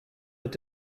est